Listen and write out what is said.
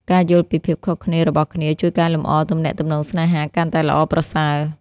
ការយល់ពីភាពខុសគ្នារបស់គ្នាជួយកែលម្អទំនាក់ទំនងស្នេហាកាន់តែល្អប្រសើរ។